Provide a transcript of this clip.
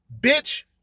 Bitch